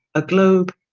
a globe,